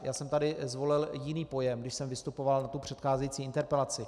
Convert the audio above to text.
Já jsem tady zvolil jiný pojem, když jsem vystupoval na tu předcházející interpelaci.